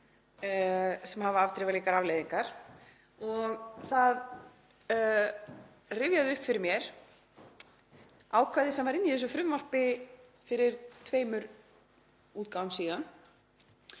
en hafa afdrifaríkar afleiðingar. Það rifjaði upp fyrir mér ákvæði sem var inni í þessu frumvarpi fyrir tveimur útgáfum síðan